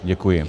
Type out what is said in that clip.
Děkuji.